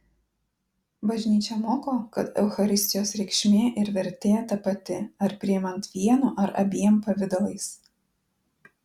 bažnyčia moko kad eucharistijos reikšmė ir vertė ta pati ar priimant vienu ar abiem pavidalais